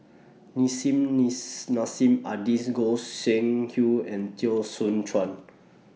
Nissim lease Nassim Adis Goi Seng Hui and Teo Soon Chuan